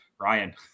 Ryan